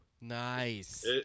nice